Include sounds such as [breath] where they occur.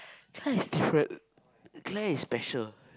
Claire is different [breath] Claire is special